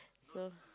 so